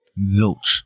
Zilch